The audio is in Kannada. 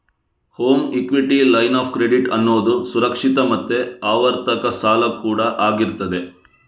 home equity line of credit ಅನ್ನುದು ಸುರಕ್ಷಿತ ಮತ್ತೆ ಆವರ್ತಕ ಸಾಲ ಕೂಡಾ ಆಗಿರ್ತದೆ